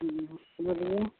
बोलिए